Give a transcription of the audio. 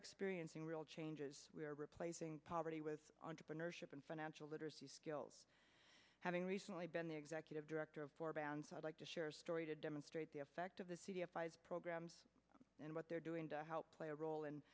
experiencing real changes we're replacing poverty with entrepreneurship and financial literacy skills having recently been the executive director of four bands i'd like to share a story to demonstrate the effect of the programs and what they're doing to help play a role